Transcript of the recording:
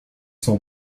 sont